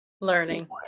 learning